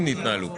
מי נמנע?